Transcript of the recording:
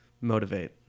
motivate